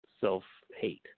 self-hate